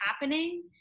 happening